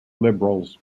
liberals